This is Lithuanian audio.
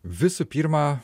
visų pirma